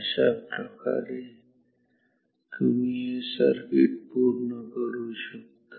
अशाप्रकारे तुम्ही हे सर्किट पूर्ण करू शकता